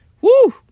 Woo